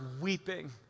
weeping